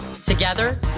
Together